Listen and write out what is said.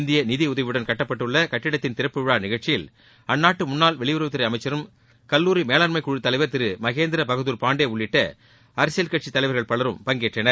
இந்திய நிதியுதவியுடன் கட்டப்பட்டுள்ள கட்டிடத்தின் திறப்பு விழா நிகழ்ச்சியில் அந்நாட்டு முன்னாள் வெளியுறவுத்துறை அமைச்சரும் கல்லூரி மேலாண்ஸம குழுத் தலைவர் திரு மகேந்திர பகதுர் பாண்டே உள்ளிட்ட அரசியல் கட்சித் தலைவர்கள் பலர் பங்கேற்கின்றனர்